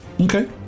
Okay